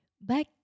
back